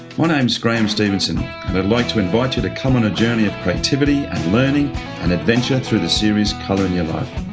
my name's graeme stevenson, and i'd like to invite you to come on a journey of creativity and learning and adventure through the series colour in your life.